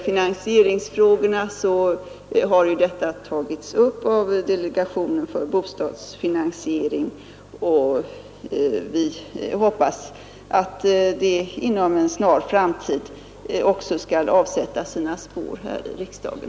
Finansieringsfrågorna har som sagt tagits upp av delegationen för bostadsfinansiering och vi hoppas att det inom en snar framtid skall avsätta sina spår här i riksdagen.